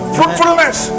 Fruitfulness